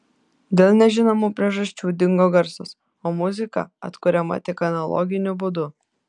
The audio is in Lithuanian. dėl nežinomų priežasčių dingo garsas o muzika atkuriama tik analoginiu būdu